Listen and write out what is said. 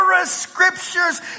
scriptures